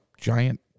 giant